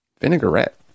Vinaigrette